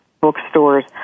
bookstores